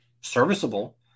serviceable